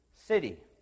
city